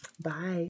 Bye